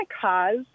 cause